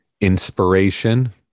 inspiration